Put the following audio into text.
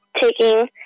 taking